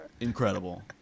Incredible